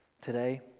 today